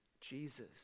Jesus